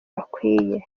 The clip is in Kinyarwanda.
bakwiye